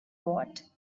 what